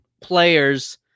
players